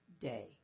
day